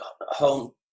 home